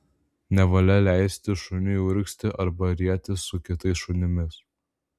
nevalia leisti šuniui urgzti arba rietis su kitais šunimis